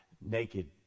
naked